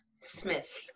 Smith